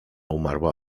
umarła